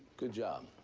good job.